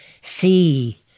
see